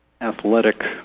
athletic